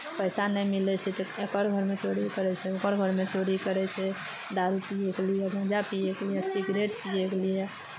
पैसा नहि मिलै छै तऽ एकर घरमे चोरी करै छै ओकर घरमे चोरी करै छै दारू पियैके लिए गाँजा पियैके लिए सिगरेट पियैके लिए